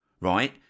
Right